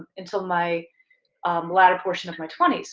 until my latter portion of my twenty s.